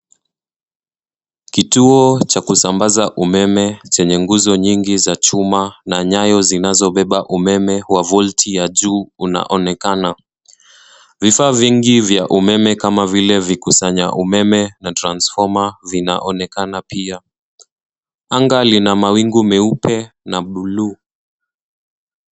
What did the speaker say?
Kituo cha kusambaza umeme chenye nguzo nyingi za chuma na nyayo zinazobeba umeme wa volti ya juu unaonekana. Vifaa vingi vya umeme kama vile vikusanya umeme na transfoma vinaonekana pia. Anga lina mawingu meupe na bluu.